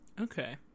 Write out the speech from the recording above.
Okay